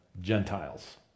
Gentiles